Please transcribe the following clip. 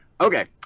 Okay